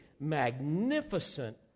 magnificent